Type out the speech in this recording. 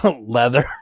leather